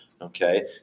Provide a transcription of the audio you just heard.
Okay